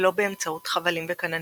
ולא באמצעות חבלים וכננים.